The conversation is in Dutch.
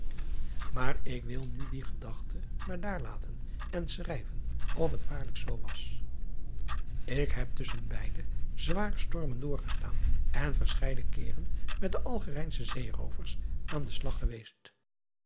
aar ik wil nu die gedachte maar daarlaten en schrijven of het waarlijk zoo was k heb tusschen beide zware stormen doorgestaan en verscheiden keeren met de lgerijnsche eeroovers aan den slag geweest